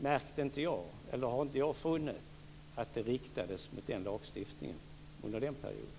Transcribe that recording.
Jag har inte funnit att det riktades några konstitutionella invändningar mot dessa regler medan de fanns under 18 år.